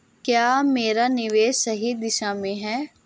क्या मेरा निवेश सही दिशा में है?